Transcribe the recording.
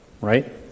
right